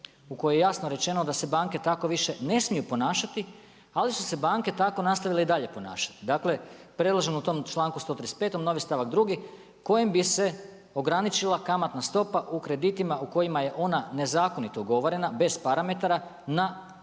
u kojoj jasno rečeno da se banke tako više ne smiju ponašati, ali su se banke tako nastavile i dalje ponašati. Dakle preloženo u tom čl.135. novi stavak 2 kojim bi se ograničila kamatna stopa u kreditima u kojima je ona nezakonito ugovorena, bez parametara, na najvišu